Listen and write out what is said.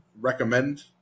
recommend